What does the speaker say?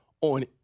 on